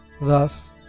Thus